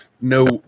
No